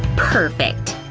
perfect.